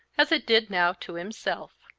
as it did now to himself.